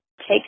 take